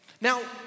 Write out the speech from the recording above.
Now